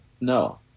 No